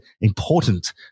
important